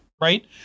right